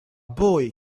boy